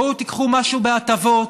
בואו תיקחו משהו בהטבות.